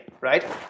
right